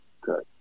good